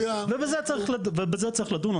ובזה צריך לדון.